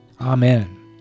Amen